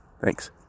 Thanks